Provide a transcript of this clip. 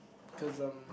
cause um